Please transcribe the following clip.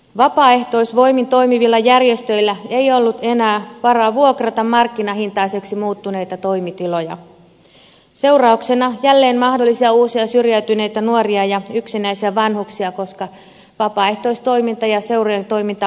vapaaehtoisvoimin toimivilla järjestöillä ei ollut enää varaa vuokrata markkinahintaisiksi muuttuneita toimitiloja seurauksena jälleen mahdollisia uusia syrjäytyneitä nuoria ja yksinäisiä vanhuksia koska vapaaehtoistoiminta ja seurojen toiminta loppui